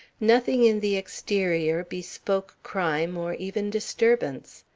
nothing in the exterior bespoke crime or even disturbance.